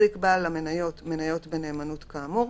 החזיק בעל המניות מניות בנאמנות כאמור,